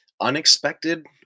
unexpected